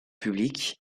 publics